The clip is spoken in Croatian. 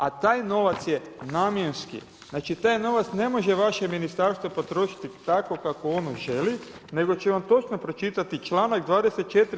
A taj novac je namjenski, znači taj novac ne može vaše ministarstvo potrošiti tako kako ono želi, nego ću vam točno pročitati čl. 24.